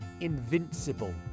invincible